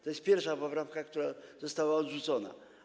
To jest pierwsza poprawka, która została odrzucona.